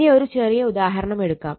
ഇനിയൊരു ചെറിയ ഉദാഹരണം എടുക്കാം